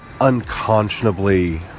unconscionably